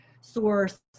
source